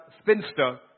Spinster